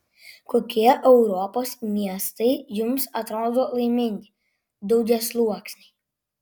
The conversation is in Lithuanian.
kokie europos miestai jums atrodo laimingi daugiasluoksniai